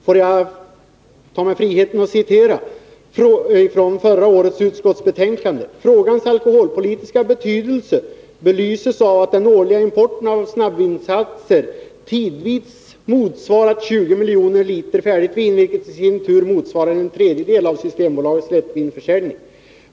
Får jag ta mig friheten att citera ur förra årets utskottsbetänkande: ”Frågans alkoholpolitiska betydelse belyses av att den årliga importen av snabbvinsatser tidvis motsvarat 20 miljoner liter färdigt vin, vilket i sin tur motsvarar en tredjedel av systembolagets lättvinsförsäljning.